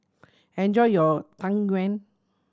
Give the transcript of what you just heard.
enjoy your Tang Yuen